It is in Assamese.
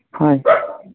হয়